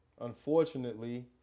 unfortunately